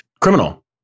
Criminal